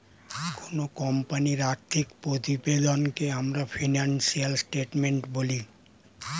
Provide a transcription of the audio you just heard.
কোনো কোম্পানির আর্থিক প্রতিবেদনকে আমরা ফিনান্সিয়াল স্টেটমেন্ট বলি